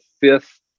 fifth